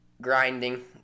grinding